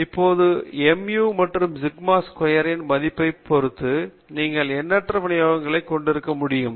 இப்போது mu மற்றும் sigma square இன் மதிப்பைப் பொறுத்து நீங்கள் எண்ணற்ற விநியோகங்களைக் கொண்டிருக்க முடியும்